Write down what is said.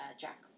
Jack